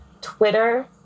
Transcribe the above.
Twitter